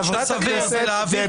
חברת הכנסת דבי ביטון.